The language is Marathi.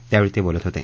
त्यावेळी ते बोलत होते